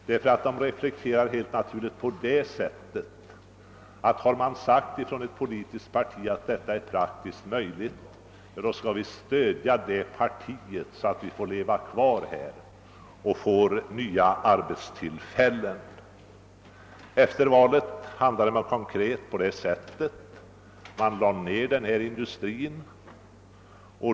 De gör helt naturligt reflexionen: »Har ett politiskt parti sagt att detta är praktiskt möjligt, då skall vi stödja det partiet, så att vi får leva kvar här och få möjlighet till sysselsättning och nya arbetstillfällen.» Efter valet handlade man konkret på det sättet att man lade ned den här industrin.